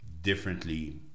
differently